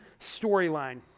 storyline